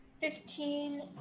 Fifteen